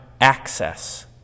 access